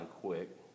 quick